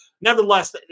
nevertheless